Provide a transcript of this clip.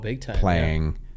playing